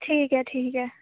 ठीक ऐ ठीक ऐ